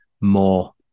more